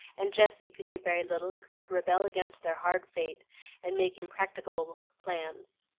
and jessie could do very little except rebel against their hard fate and make impracticable plans.